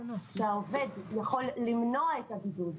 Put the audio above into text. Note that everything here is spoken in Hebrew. כשהעובד יכול למנוע את הבידוד,